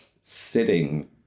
sitting